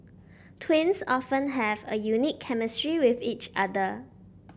twins often have a unique chemistry with each other